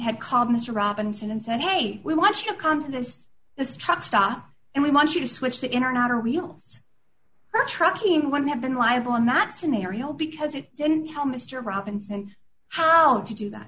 had called mr robinson and said hey we want you to come to this this truck stop and we want you to switch the internet or wheels or trucking when we have been liable in that scenario because it didn't tell mr robinson how to do that